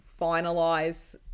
finalize